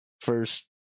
first